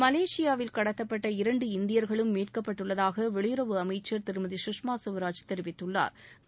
மலேசியாவில் கடத்தப்பட்ட இரண்டு இந்தியா்களும் மீட்கப்பட்டுள்ளதாக வெளியுறவுத்துறை அமைச்சள் திருமதி சுஷ்மா ஸ்வராஜ் தெரிவித்துள்ளாா்